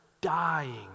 dying